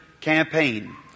campaign